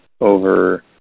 over